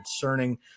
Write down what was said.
concerning